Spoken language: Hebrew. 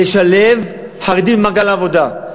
לשלב חרדים במעגל העבודה.